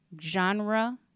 genre